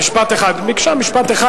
ביקשה משפט אחד,